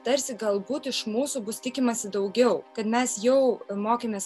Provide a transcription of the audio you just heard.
tarsi galbūt iš mūsų bus tikimasi daugiau kad mes jau mokėmės